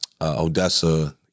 Odessa